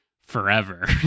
forever